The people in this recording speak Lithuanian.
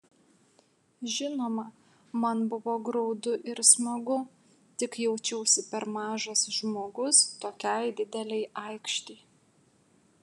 žinoma man buvo graudu ir smagu tik jaučiausi per mažas žmogus tokiai didelei aikštei